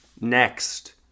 Next